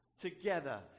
together